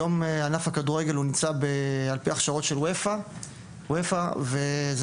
היום ענף הכדורגל נמצא על פי הכשרות של WEFA. זה